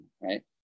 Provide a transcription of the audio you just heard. Right